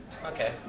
Okay